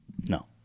No